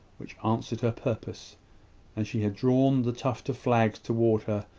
which answered her purpose and she had drawn the tuft of flags towards her,